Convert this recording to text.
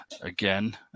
Again